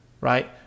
right